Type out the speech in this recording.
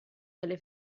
delle